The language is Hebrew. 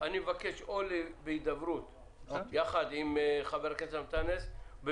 אני מבקש הידברות עם חבר הכנסת אנטאנס שחאדה